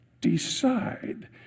decide